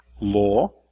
law